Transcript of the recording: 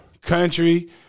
Country